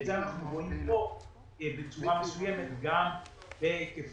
את זה אנחנו רואים כאן בצורה מסוימת גם בהיקפים.